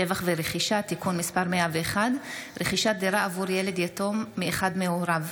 (שבח ורכישה) (תיקון מס' 101) (רכישת דירה עבור ילד יתום מאחד מהוריו),